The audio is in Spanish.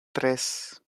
tres